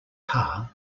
car